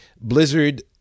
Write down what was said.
blizzard